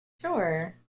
Sure